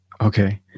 Okay